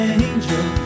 angel